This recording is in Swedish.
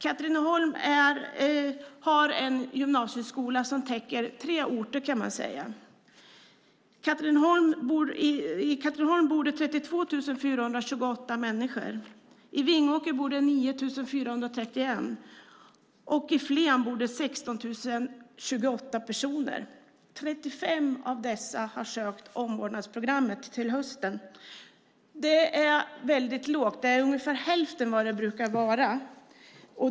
Katrineholm har en gymnasieskola som man kan säga täcker tre orter. I Katrineholm bor det 32 428 människor, i Vingåker bor det 9 431 och i Flen bor det 16 028 personer. 35 av dessa har sökt omvårdnadsprogrammet till hösten. Det är väldigt lågt, ungefär hälften av vad det brukar vara.